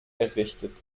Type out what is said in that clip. errichtet